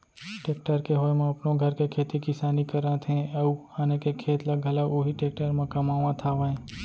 tractor के होय म अपनो घर के खेती किसानी करत हें अउ आने के खेत ल घलौ उही टेक्टर म कमावत हावयँ